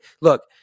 Look